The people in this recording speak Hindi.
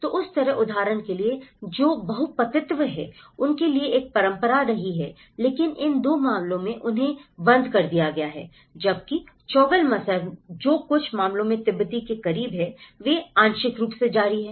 तो उस तरह उदाहरण के लिए जो बहुपतित्व है उनके लिए एक परंपरा रही है लेकिन इन 2 मामलों में उन्हें बंद कर दिया गया है जबकि चोगलमसर जो कुछ मामलों में तिब्बती के करीब है वे आंशिक रूप से जारी हैं